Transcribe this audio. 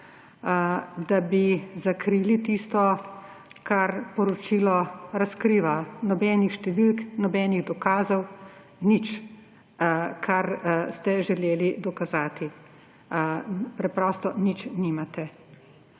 da bi zakrili tisto, kar poročilo razkriva – nobenih številk, nobenih dokazov, nič, kar ste želeli dokazati. Preprosto nič nimate.